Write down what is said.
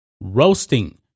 roasting